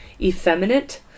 effeminate